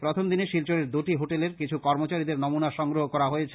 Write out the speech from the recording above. প্রথম দিন শিলচরের দুটি হোটেলের কিছু কর্মচারীদের নমুনা সংগ্রহ করা হয়েছে